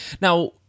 Now